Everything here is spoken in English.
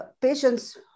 patients